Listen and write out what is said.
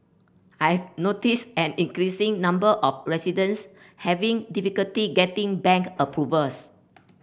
I've noticed an increasing number of residents having difficulty getting bank approvals